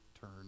turn